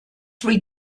three